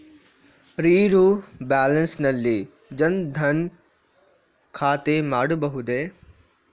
Zero balance ನಲ್ಲಿ ಜನ್ ಧನ್ ಖಾತೆ ಮಾಡಬಹುದೇ?